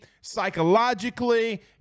psychologically